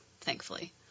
thankfully